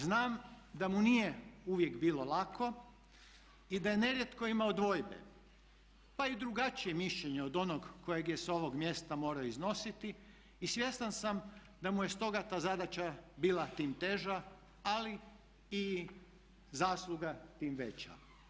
Znam da mu nije uvijek bilo lako i da je nerijetko imao dvojbe, pa i drugačije mišljenje od onog kojeg je s ovog mjesta morao iznositi i svjestan sam da mu je stoga ta zadaća bila tim teža, ali i zasluga tim veća.